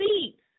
seats